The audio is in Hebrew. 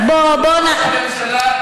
אז בוא,